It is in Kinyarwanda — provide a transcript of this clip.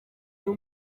uyu